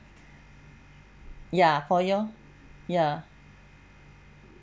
ya for your ya